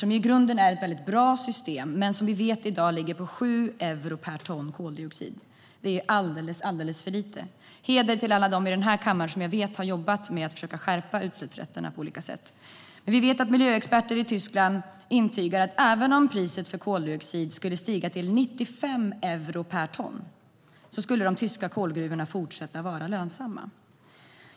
Det är i grunden ett väldigt bra system, men vi vet att det i dag ligger på 7 euro per ton koldioxid. Det är alldeles, alldeles för lite. Heder åt alla de i den här kammaren som jag vet har jobbat med att försöka skärpa utsläppsrätterna på olika sätt. Miljöexperter i Tyskland intygar att även om priset för koldioxid skulle stiga till 95 euro per ton skulle de tyska kolgruvorna fortsätta att vara lönsamma.